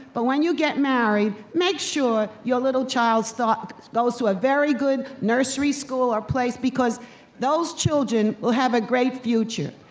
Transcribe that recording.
but when you get married, make sure your little child goes to a very good nursery school or place, because those children will have a great future.